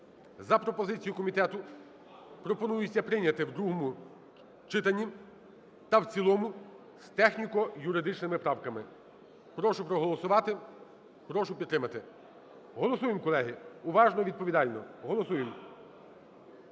за пропозицією комітету пропонується прийняти в другому читанні та в цілому з техніко-юридичними правками. Прошу проголосувати. Прошу підтримати. Голосуємо, колеги, уважно і відповідально. Голосуємо.